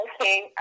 okay